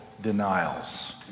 denials